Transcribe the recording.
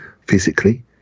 physically